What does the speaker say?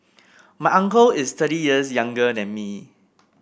my uncle is thirty years younger than me